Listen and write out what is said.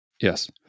Yes